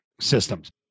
Systems